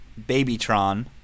Babytron